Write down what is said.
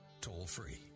toll-free